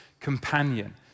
companion